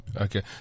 Okay